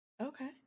Okay